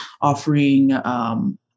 offering